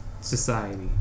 society